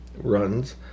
runs